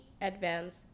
advance